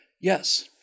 Yes